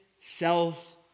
self